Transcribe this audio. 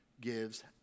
gives